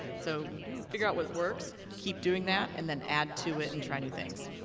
so figure out what works, keep doing that, and then add to it and try new things.